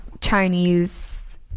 Chinese